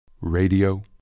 Radio